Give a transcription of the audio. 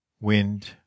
wind